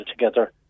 together